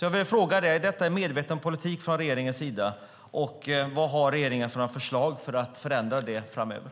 Jag vill fråga dig: Är detta en medveten politik från regeringens sida? Vilka förslag har regeringen för att förändra detta framöver?